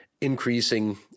increasing